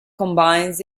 combines